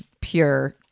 pure